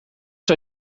zij